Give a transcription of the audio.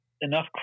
enough